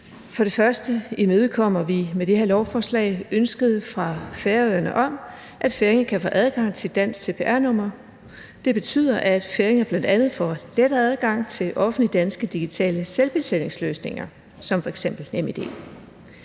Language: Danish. og fremmest imødekommer vi med det her lovforslag ønsket fra Færøerne om, at færinger kan få adgang til dansk cpr-nummer. Det betyder, at færinger bl.a. får lettere adgang til offentlige danske digitale selvbetjeningsløsninger som f.eks. NemID.